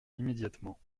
immédiatement